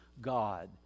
God